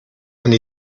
and